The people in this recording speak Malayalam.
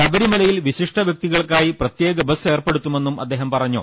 ശബരിമലയിൽ വിശിഷ്ട വ്യക്തികൾക്കായി പ്രത്യേക ബസ് ഏർപ്പെടുത്തുമെന്നും അദ്ദേഹം പറ ഞ്ഞു